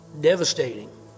devastating